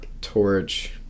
Torch